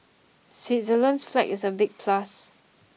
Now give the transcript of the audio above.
Switzerland's flag is a big plus